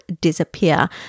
disappear